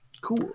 cool